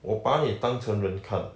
我把你当成人看